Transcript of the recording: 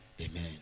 Amen